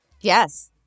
Yes